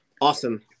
Awesome